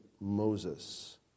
Moses